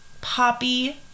Poppy